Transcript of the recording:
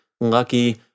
lucky